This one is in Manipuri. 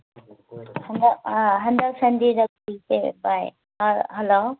ꯍꯜꯂꯣ ꯑꯥ ꯍꯟꯗꯛ ꯁꯟꯗꯦꯗ ꯀꯣꯏꯁꯦ ꯕꯥꯏ ꯑꯥ ꯍꯜꯂꯣ